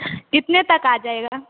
कितने तक आ जाएगा